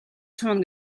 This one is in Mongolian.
сууна